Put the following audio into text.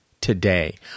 today